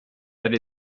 that